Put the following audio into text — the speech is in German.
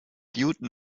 houghton